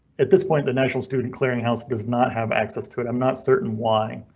at this point, the national student clearinghouse does not have access to it. i'm not certain why,